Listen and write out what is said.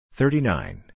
thirty-nine